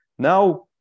Now